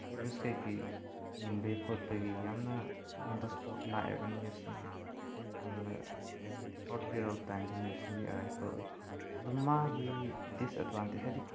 news ꯀꯔꯤ ꯀꯔꯤ ꯌꯦꯡꯕꯒꯤ ꯈꯣꯠꯄꯒꯤ ꯌꯥꯝꯅ ꯑꯣꯟ ꯗ ꯏꯁꯄꯣꯠ ꯂꯥꯛꯑꯦꯕ ꯅ꯭ꯌꯨꯁ ꯁꯤꯡꯁꯦ ꯌꯥꯝꯅ ꯁꯣꯔꯠ ꯄꯤꯔꯣꯗ ꯇꯥꯏꯝꯗ ꯅ꯭ꯌꯨꯁ ꯁꯤꯡꯁꯦ ꯑꯦꯔꯥꯏꯚ ꯇꯧꯔꯛꯏ ꯑꯗꯣ ꯃꯥꯒꯤ ꯗꯤꯁꯑꯦꯗꯚꯥꯟꯇꯦꯖ ꯍꯥꯏꯗꯤ